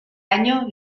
año